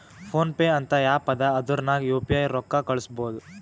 phone pay ಅಂತ app ಅದಾ ಅದುರ್ನಗ್ ಯು ಪಿ ಐ ರೊಕ್ಕಾ ಕಳುಸ್ಬೋದ್